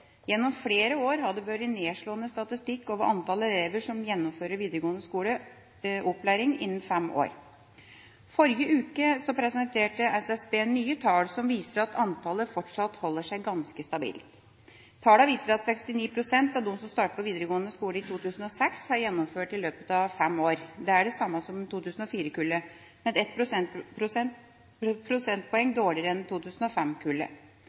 Gjennom flere år har det vært en nedslående statistikk over antall elever som gjennomfører videregående opplæring innen fem år. Forrige uke presenterte SSB nye tall som viser at antallet fortsatt holder seg ganske stabilt. Tallene viser at 69 pst. av dem som startet på videregående skole i 2006, har gjennomført i løpet av fem år. Det er det samme som 2004-kullet, men 1 prosentpoeng dårligere enn